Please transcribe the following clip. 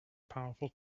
powerful